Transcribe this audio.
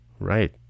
right